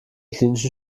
klinischen